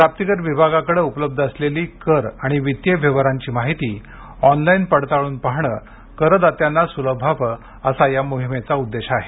प्राप्ती कर विभागाकडे उपलब्ध असलेली कर आणि वित्तीय व्यवहारांची माहिती ऑनलाईन पडताळून पाहणे करदात्यांना सुलभ व्हावे असा या मोहिमेचा उद्देश आहे